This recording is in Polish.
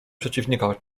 przeciwnika